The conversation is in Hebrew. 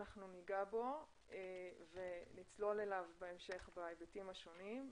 אנחנו ניגע בו ונצלול אליו בהמשך בהיבטים השונים,